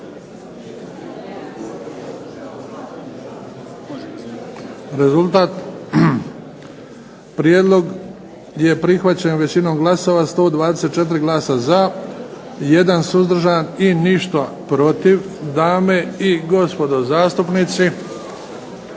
Rezultat. Prijedlog je prihvaćen većinom glasova, 124 glasa za, 1 suzdržan i ništa protiv. Dame i gospodo zastupnici,